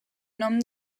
nom